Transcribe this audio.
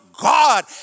God